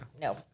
no